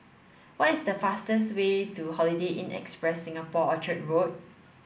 what is the fastest way to Holiday Inn Express Singapore Orchard Road